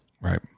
right